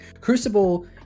Crucible